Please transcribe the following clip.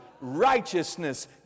Righteousness